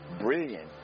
brilliant